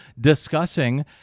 discussing